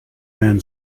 man